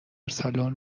سالن